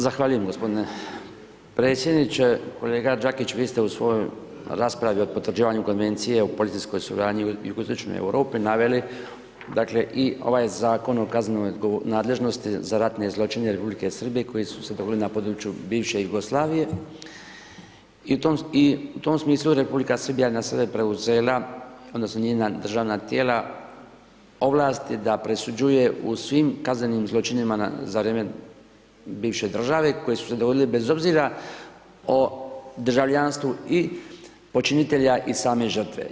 Zahvaljujem gospodine predsjedniče, kolega Đakić vi ste u svojoj raspravi o potvrđivanju Konvencije o policijskoj suradnji u Jugoistočnoj Europi naveli dakle i ovaj Zakon o kaznenoj nadležnosti za ratne zločine Republike Srbije koji su se dogodili na području bivše Jugoslavije i u tom smislu je Republika Srbija na sebe preuzela odnosno njena državna tijela ovlasti da presuđuje u svim kaznenim zločinima za vrijeme bivše države koje su se dogodile bez obzira o državljanstvu i počinitelja i same žrtve.